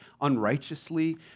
unrighteously